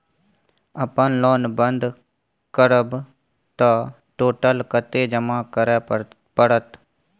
अपन लोन बंद करब त टोटल कत्ते जमा करे परत?